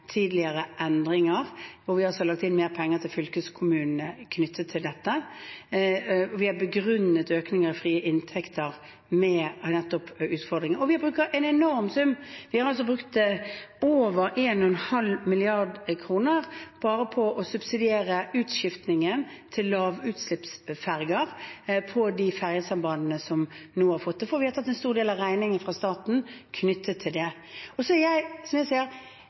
tidligere endringer, hvor vi har lagt inn mer penger til fylkeskommunene knyttet til dette. Vi har begrunnet økningen i frie inntekter med nettopp disse utfordringene. Vi har brukt en enorm sum. Vi har brukt over 1,5 mrd. kr bare på å subsidiere utskiftningen til lavutslippsferjer på de ferjesambandene som nå har fått det, så staten har tatt en stor del av regningen knyttet til det. Så er det mange gode formål, og ferjer er